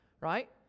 Right